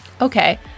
Okay